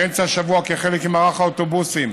באמצע השבוע, כחלק ממערך האוטובוסים,